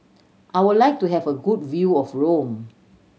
I would like to have a good view of Rome